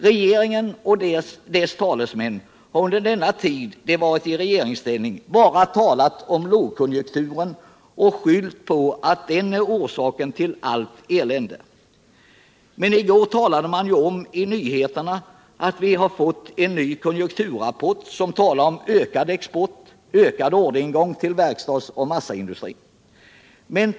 Regeringen och dess talesmän har under den tid de varit i regeringsställning bara talat om lågkonjunkturen och skyllt på att den är orsaken till allt elände. Men i går spreds nyheten att vi fått en ny konjunkturrapport, som talar om ökad export och ökad orderingång till verkstadsoch massaindustrin.